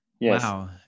Wow